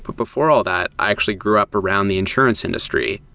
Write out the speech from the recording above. but before all that, i actually grew up around the insurance industry.